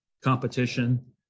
competition